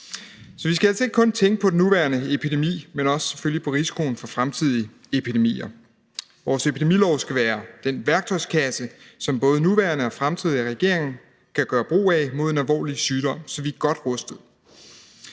Så vi skal altså ikke kun tænke på den nuværende epidemi, men selvfølgelig også på risikoen for fremtidige epidemier. Vores epidemilov skal være den værktøjskasse, som både nuværende og fremtidige regeringer kan gøre brug af mod en alvorlig sygdom, så vi er godt rustet.